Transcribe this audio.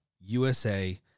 USA